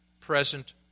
present